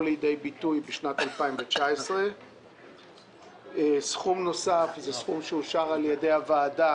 לידי ביטוי בשנת 2019. סכום נוסף אושר על ידי הוועדה